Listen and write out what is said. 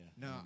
no